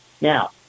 Now